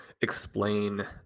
explain